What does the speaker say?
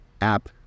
app